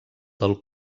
del